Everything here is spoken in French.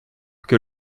que